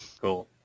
Cool